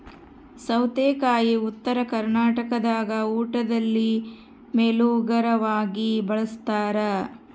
ಸೌತೆಕಾಯಿ ಉತ್ತರ ಕರ್ನಾಟಕದಾಗ ಊಟದಲ್ಲಿ ಮೇಲೋಗರವಾಗಿ ಬಳಸ್ತಾರ